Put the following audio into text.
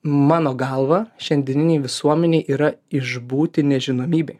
mano galva šiandieninėj visuomenėj yra išbūti nežinomybėj